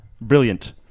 Brilliant